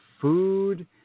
food